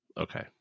Okay